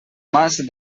mas